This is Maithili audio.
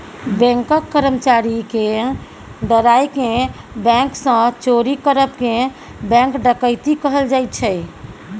बैंकक कर्मचारी केँ डराए केँ बैंक सँ चोरी करब केँ बैंक डकैती कहल जाइ छै